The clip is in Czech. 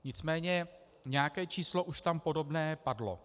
Nicméně nějaké číslo už tam podobné padlo.